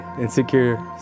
Insecure